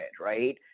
right